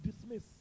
dismiss